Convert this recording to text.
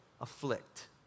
afflict